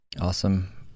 Awesome